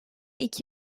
iki